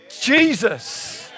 Jesus